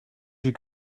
you